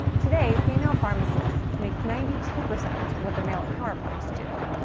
today, female pharmacists make ninety two percent of what their male counterparts do.